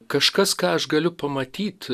kažkas ką aš galiu pamatyt